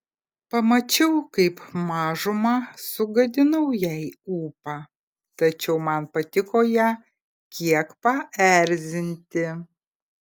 pamačiau kaip mažumą sugadinau jai ūpą tačiau man patiko ją kiek paerzinti